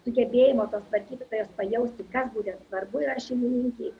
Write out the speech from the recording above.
sugebėjimo tos tvarkytojos pajausti kas būtent svarbu yra šeimininkei